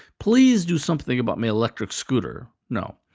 please do something about my electric scooter. no.